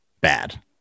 Bad